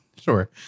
sure